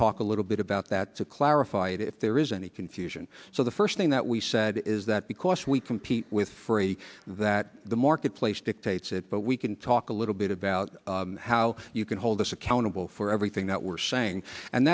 talk a little bit about that to clarify it if there is any confusion so the first thing that we said is that because we compete with free that the marketplace dictates it but we can talk a little bit about how you can hold us accountable for everything that we're saying and